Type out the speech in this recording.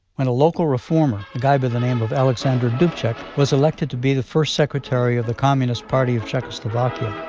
when a local reformer, a guy by the name of alexander dubcek, was elected to be the first secretary of the communist party of czechoslovakia